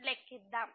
లెక్కిద్దాం